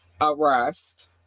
arrest